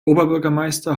oberbürgermeister